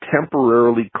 temporarily